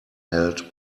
held